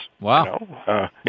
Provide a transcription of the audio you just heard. Wow